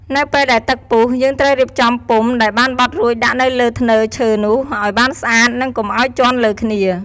នៅពេលដែលទឹកពុះ យើងត្រូវរៀបចំពុម្ពដែលបានបត់រួចដាក់នៅលើធ្នើរឈើនោះ ឱ្យបានស្អាត និងកុំឱ្យជាន់លើគ្នា។